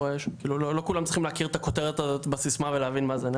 לא כולם צריכים להכיר את הכותרת הזאת בסיסמה ולהבין מה זה.